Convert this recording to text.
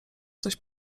coś